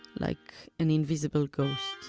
like an invisible ghost,